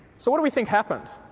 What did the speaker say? so what do we think happened?